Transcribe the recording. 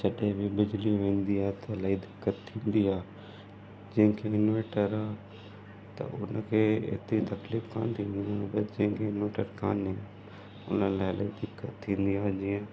जॾहिं बि बिजली वेंदी आहे त इलाही दिक़त थींदी आहे जंहिंखे इनवटर आहे त हुन खे हेतिरी तकलीफ़ु कोन थींदियूं पर जंहिंखे इनवटर कोन्हे उन्हनि लाइ इलाही दिक़त थींदी आ जीअं